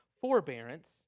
forbearance